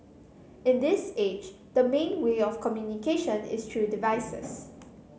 in this age the main way of communication is through devices